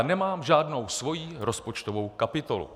Nemám žádnou svoji rozpočtovou kapitolu.